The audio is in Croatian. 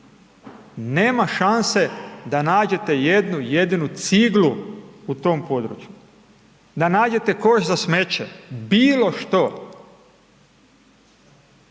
Nema šanse da nađete jednu jedinu ciglu u tom području, da nađete koš za smeće, bilo što.